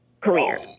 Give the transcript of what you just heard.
career